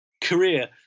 career